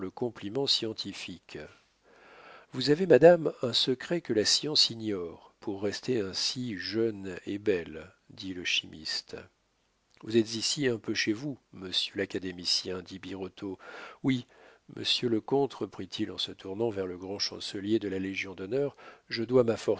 compliment scientifique vous avez madame un secret que la science ignore pour rester ainsi jeune et belle dit le chimiste vous êtes ici un peu chez vous monsieur l'académicien dit birotteau oui monsieur le comte reprit-il en se tournant vers le grand chancelier de la légion-d'honneur je dois ma